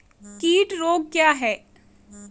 कीट रोग क्या है?